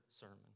sermon